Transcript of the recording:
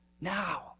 now